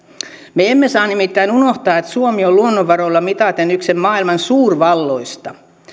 me emme saa nimittäin unohtaa että suomi on luonnonvaroilla mitaten yksi maailman suurvalloista